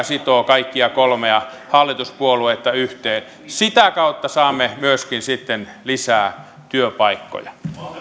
sitoo kaikkia kolmea hallituspuoluetta yhteen sitä kautta saamme myöskin sitten lisää työpaikkoja